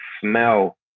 smell